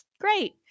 great